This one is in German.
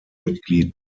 mitglied